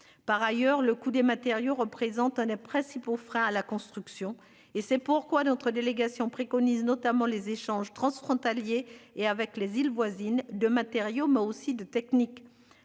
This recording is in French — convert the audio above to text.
Par ailleurs, le coût des matériaux représente un des principaux freins à la construction et c'est pourquoi notre délégation préconise notamment les échanges transfrontaliers et avec les îles voisines de matériaux, mais aussi de technique,